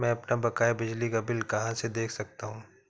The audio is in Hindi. मैं अपना बकाया बिजली का बिल कहाँ से देख सकता हूँ?